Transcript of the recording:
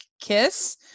kiss